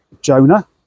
Jonah